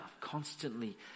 Constantly